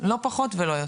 לא פחות ולא יותר.